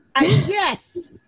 Yes